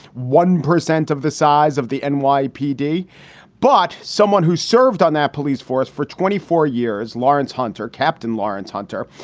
one percent of the size of the and nypd. but someone who served on that police force for twenty four years, lawrence hunter, captain lawrence hunter,